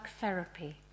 therapy